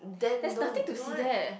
there's nothing to see there